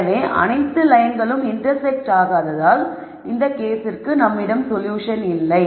எனவே அனைத்து லயன்களும் இண்டெர்ஸக்ட் ஆகாததால் இந்த கேஸில் நம்மிடம் சொல்யூஷன் இல்லை